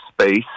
space